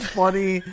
funny